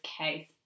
case